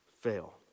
fail